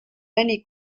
many